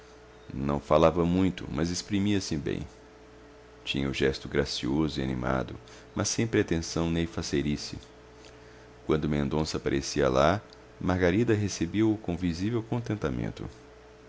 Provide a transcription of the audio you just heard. não falava muito mas exprimia-se bem tinha o gesto gracioso e animado mas sem pretensão nem faceirice quando mendonça aparecia lá margarida recebia o com visível contentamento